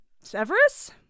Severus